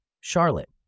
Charlotte